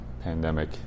pandemic